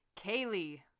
Kaylee